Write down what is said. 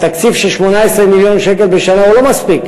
התקציב של 18 מיליון שקל בשנה הוא לא מספיק,